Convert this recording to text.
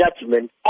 judgment